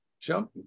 jump